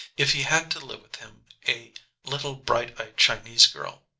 if he had to live with him a little bright-eyed chinese girl.